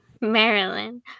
Maryland